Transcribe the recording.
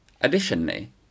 Additionally